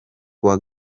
kuwa